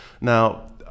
now